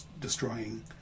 destroying